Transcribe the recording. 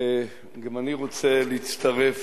גם אני רוצה להצטרף